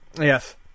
Yes